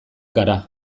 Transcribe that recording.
gara